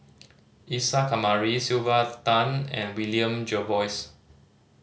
Isa Kamari Sylvia Tan and William Jervois